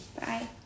Bye